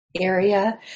area